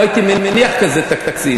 לא הייתי מניח כזה תקציב.